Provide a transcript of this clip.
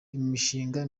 imishinga